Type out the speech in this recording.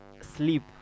sleep